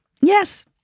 Yes